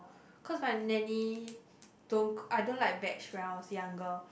cause my nanny don't I don't like veg when I was younger